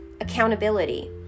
accountability